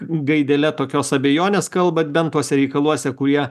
gaidele tokios abejonės kalbat bent tuose reikaluose kurie